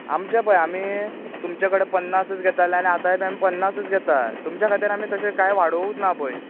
आमचे पळय आमी तुमचे कडेन पन्नासच घेताले आनी आताय बी आमी पन्नासच घेताय तुमच्या खातीर आमी तशे कांय वाडोवंकच ना पळय